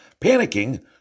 Panicking